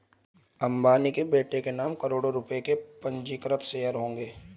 अंबानी के बेटे के नाम करोड़ों रुपए के पंजीकृत शेयर्स होंगे